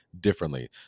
differently